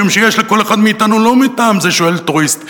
משום שיש לכל אחד מאתנו לא מטעם זה שהוא אלטרואיסט,